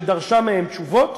שדרשה מהם תשובות.